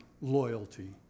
loyalty